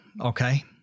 okay